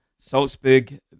Salzburg